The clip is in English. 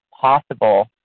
possible